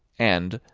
and,